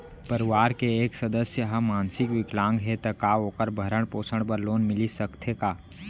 परवार के एक सदस्य हा मानसिक विकलांग हे त का वोकर भरण पोषण बर लोन मिलिस सकथे का?